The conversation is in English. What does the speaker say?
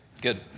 Good